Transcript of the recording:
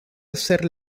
hacer